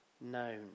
known